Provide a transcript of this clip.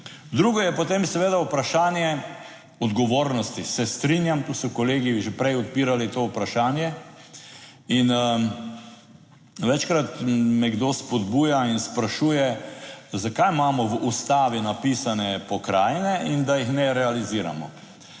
Drugo je potem seveda vprašanje odgovornosti, se strinjam. Tu so kolegi že prej odpirali to vprašanje. In večkrat me kdo spodbuja in sprašuje zakaj imamo v ustavi napisane pokrajine in da jih ne realiziramo.